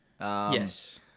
Yes